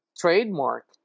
trademark